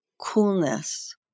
coolness